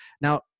Now